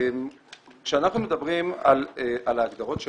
כשאנחנו מדברים על ההגדרות שלנו,